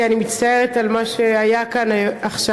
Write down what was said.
כי אני מצטערת על מה שהיה כאן עכשיו.